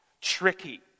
Tricky